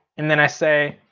and then i say,